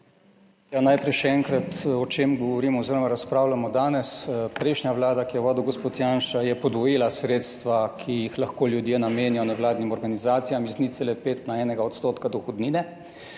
najprej še enkrat o čem govorim oz. razpravljamo danes. Prejšnja Vlada, ki jo je vodil gospod Janša je podvojila sredstva, ki jih lahko ljudje namenijo nevladnim organizacijam iz 0,5 na 1 % dohodnine,